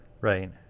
Right